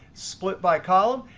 split by column.